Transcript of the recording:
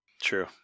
True